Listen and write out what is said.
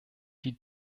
die